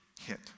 hit